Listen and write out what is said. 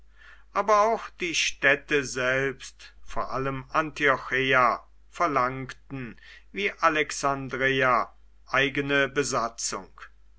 aber auch die städte selbst vor allem antiocheia verlangten wie alexandreia eigene besatzung